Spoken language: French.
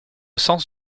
sens